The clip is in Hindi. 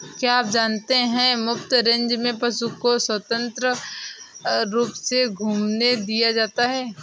क्या आप जानते है मुफ्त रेंज में पशु को स्वतंत्र रूप से घूमने दिया जाता है?